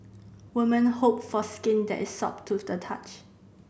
women hope for skin that is soft to the touch